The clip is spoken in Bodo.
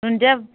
दुन्दिया